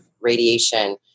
radiation